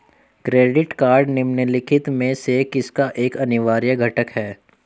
Credit card निम्नलिखित में से किसका एक अनिवार्य घटक है?